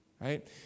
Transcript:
right